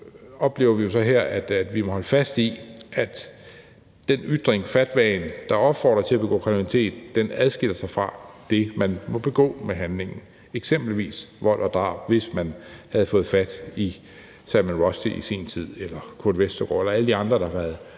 vi jo så her, at vi må holde fast i, at den ytring, fatwaen, der opfordrer til at begå kriminalitet, adskiller sig fra det, man må begå med handlingen, eksempelvis vold og drab, hvis man havde fået fat i Salman Rushdie i sin tid eller Kurt Westergaard eller alle de andre, der har været